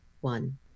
One